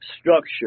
structure